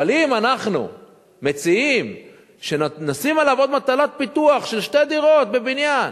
אבל אם אנחנו מציעים שנשים עליו עוד מטלת פיתוח של שתי דירות בבניין,